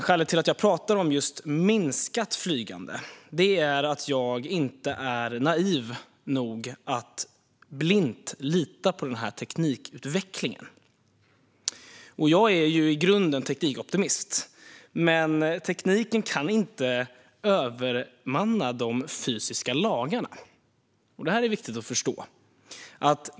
Skälet till att jag pratar om minskat flygande är att jag inte är naiv nog att blint lita på teknikutvecklingen. Jag är i grunden teknikoptimist. Men tekniken kan inte övermanna de fysiska lagarna. Det är viktigt att förstå.